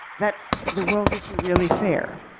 that the world isn't really fair.